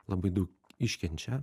labai daug iškenčia